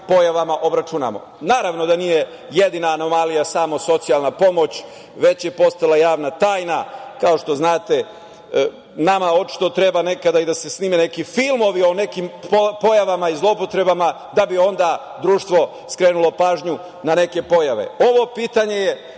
pojavama obračunamo. Naravno da nije jedina anomalija samo socijalna pomoć, već je postala javna tajna, kao što znate, nama očito treba nekada i da se snime neki filmovi o nekim pojavama i zloupotrebama da bi onda društvo skrenulo pažnju na neke pojave. Ovo pitanje,